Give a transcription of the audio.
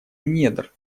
недр